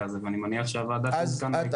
הזה ואני מניח שהוועדה תעודכן בהתאם.